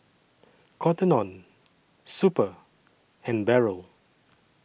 Cotton on Super and Barrel